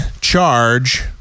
charge